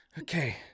okay